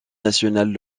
nationales